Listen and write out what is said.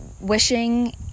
Wishing